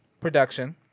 production